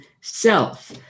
self